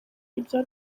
ibya